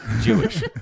Jewish